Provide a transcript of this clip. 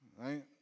right